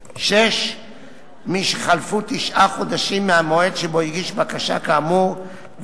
6. מי שחלפו תשעה חודשים מהמועד שבו הגיש בקשה כאמור,